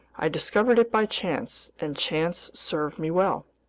i discovered it by chance, and chance served me well.